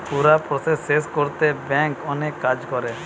পুরা প্রসেস শেষ কোরতে ব্যাংক অনেক কাজ করে